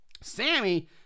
Sammy